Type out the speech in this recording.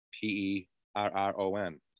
P-E-R-R-O-N